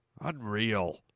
Unreal